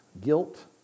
guilt